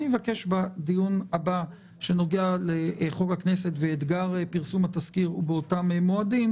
אני אבקש בדיון הבא שנוגע לחוק הכנסת ואתגר פרסום התזכיר ובאותם מועדים,